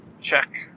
check